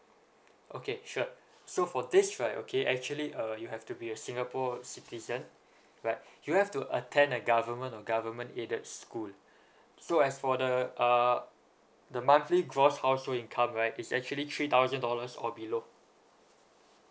okay sure so for this right okay actually err you have to be a singapore citizen right you have to attend a government or government aided school so as for the uh the monthly gross household income right it's actually three thousand dollars or below